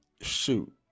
shoot